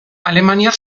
alemaniar